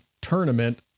tournament